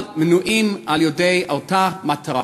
אבל מונעים על-ידי אותה מטרה: